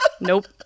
Nope